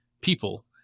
people